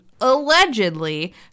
allegedly